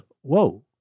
whoa